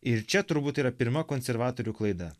ir čia turbūt yra pirma konservatorių klaida